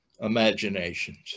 imaginations